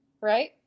Right